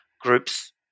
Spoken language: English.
groups